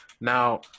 Now